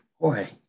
boy